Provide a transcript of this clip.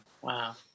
Wow